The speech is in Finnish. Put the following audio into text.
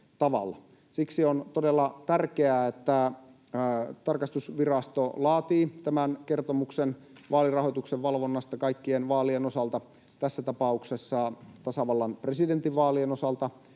Siksi on todella tärkeää, että tarkastusvirasto laatii tämän kertomuksen vaalirahoituksen valvonnasta kaikkien vaalien osalta, tässä tapauksessa tasavallan presidentin vaalien osalta,